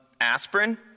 aspirin